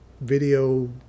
video